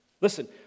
Listen